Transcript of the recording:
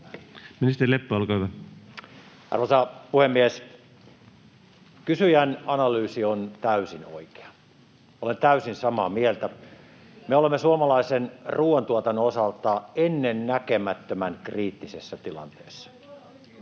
Time: 16:01 Content: Arvoisa puhemies! Kysyjän analyysi on täysin oikea. Olen täysin samaa mieltä. Me olemme suomalaisen ruuantuotannon osalta ennennäkemättömän kriittisessä tilanteessa.